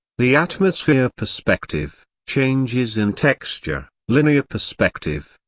the atmosphere perspective, changes in texture, linear perspective,